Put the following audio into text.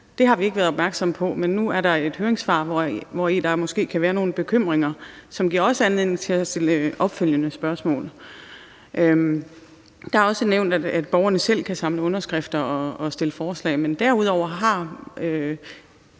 det har vi ikke været opmærksomme på, men nu er der et høringssvar, hvori der måske kan være nogle bekymringer, som giver os anledning til at stille opfølgende spørgsmål. Det er også nævnt, at borgerne selv kan samle underskrifter og fremsætte forslag. Men derudover går